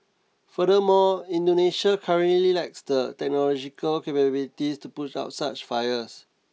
furthermore Indonesia currently lacks the technological capabilities to push out such fires